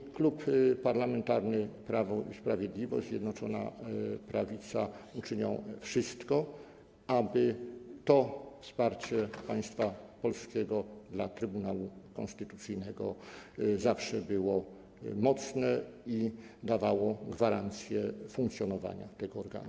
I Klub Parlamentarny Prawo i Sprawiedliwość, Zjednoczona Prawica uczynią wszystko, aby to wsparcie państwa polskiego dla Trybunału Konstytucyjnego zawsze było mocne i dawało gwarancję funkcjonowania tego organu.